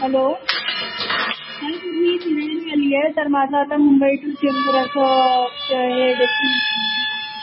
hello sorry sir मी दिल्लीहून आली आहे तर माझं आता मुंबई टू चेंबूर असं हे